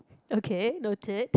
okay noted